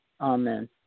Amen